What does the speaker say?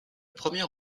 première